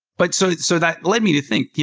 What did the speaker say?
but so so that led me to think, yeah